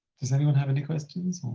chris anyone have any questions?